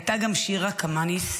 הייתה גם שירה קמניס,